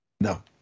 No